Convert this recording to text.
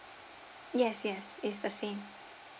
yes yes is the same